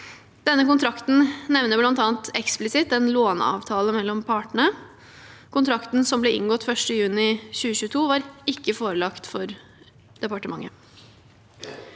Denne kontrakten nevner bl.a. eksplisitt en låneavtale mellom partene. Kontrakten som ble inngått 1. juni 2022, var ikke forelagt departementet.